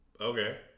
okay